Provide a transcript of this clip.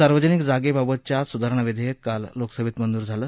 सार्वजनिक जागा सुधारणा विधेयक काल लोकसभेत मंजूर झालं